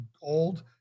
gold